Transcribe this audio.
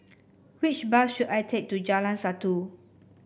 which bus should I take to Jalan Satu